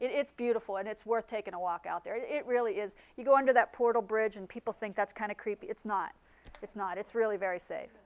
it's beautiful and it's worth taking a walk out there and it really is you go under that portal bridge and people think that's kind of creepy it's not it's not it's really very safe